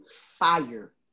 Fire